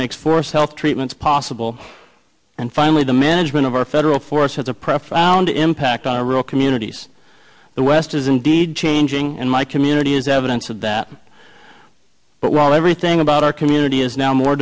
makes for us health treatments possible and finally the management of our federal force at the press found impact on real communities the west is indeed changing and my community is evidence of that but while everything about our community is now more